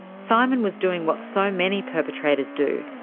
simon was doing what so many perpetrators do,